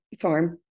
farm